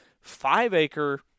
five-acre